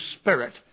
spirit